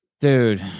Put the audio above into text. Dude